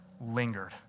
lingered